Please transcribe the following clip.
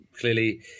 clearly